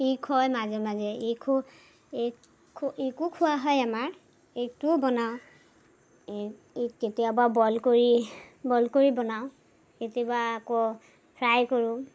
egg খোৱা হয় মাজে মাজে এগো খোৱা হয় আমাৰ এইটোও বনাওঁ এই এগ কেতিয়াবা বইল কৰি বইল কৰি বনাওঁ কেতিয়াবা আকৌ ফ্ৰাই কৰোঁ